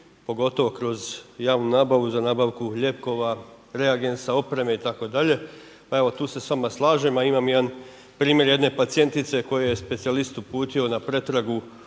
pogotovo kroz javnu nabavu, za nabavku lijekova, reagensa, opreme, itd. Pa evo, tu se s vama slažem, a imam jedan primjer jedne pacijentice, koju je specijalist uputio na pretragu